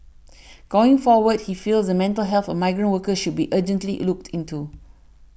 going forward he feels the mental health of migrant workers should be urgently looked into